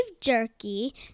Jerky